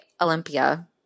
Olympia